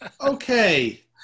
Okay